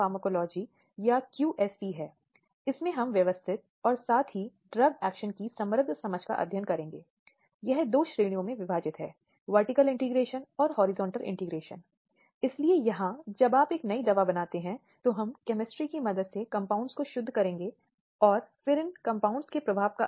अब 2013 में इस अपराध को एक बड़े संशोधन से गुजरना पड़ा जिससे अपराध की रूप रेखा को बहुत चौड़ा और व्यापक बना दिया गया क्योंकि यह 2013 के संशोधन से पहले प्रचलित था